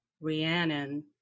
Rhiannon